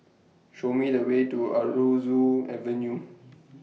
Show Me The Way to Aroozoo Avenue